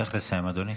צריך לסיים, אדוני.